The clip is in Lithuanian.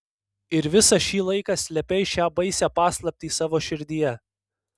ir visą šį laiką slėpei šią baisią paslaptį savo širdyje